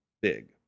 big